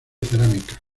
cerámica